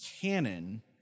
canon